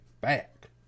back